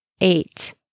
Eight